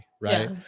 Right